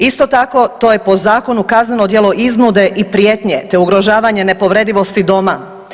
Isto tako, to je po zakonu kazneno djelo iznude i prijetnje te ugrožavanje nepovredivosti doma.